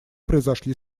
произошли